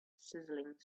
sizzling